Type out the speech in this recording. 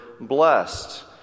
blessed